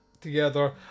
together